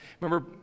Remember